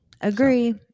agree